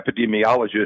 epidemiologist